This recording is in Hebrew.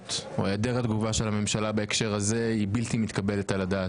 ההתנהלות או היעדר התגובה של הממשלה בהקשר הזה היא בלתי מתקבלת על הדעת.